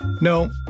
No